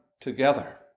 together